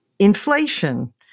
Inflation